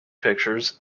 pictures